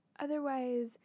Otherwise